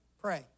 Pray